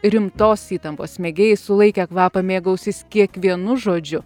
rimtos įtampos mėgėjai sulaikę kvapą mėgausis kiekvienu žodžiu